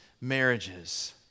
marriages